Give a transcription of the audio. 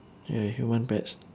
a human pets